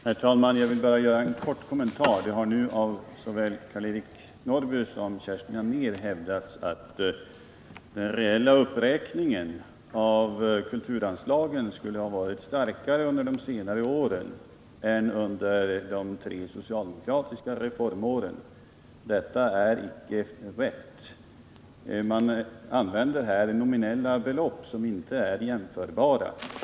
Herr talman! Jag vill bara göra en kort kommentar. Nu har såväl Karl-Eric Norrby som Kerstin Anér hävdat att den reella uppräkningen av kulturanslagen skulle ha varit större under de senare åren än under de tre socialdemokratiska reformåren. Det är icke riktigt. Man använder här nominella belopp som inte är jämförbara.